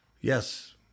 Yes